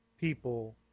people